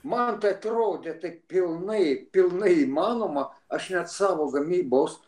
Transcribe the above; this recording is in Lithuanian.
man atrodė taip pilnai pilnai įmanoma aš net savo gamybos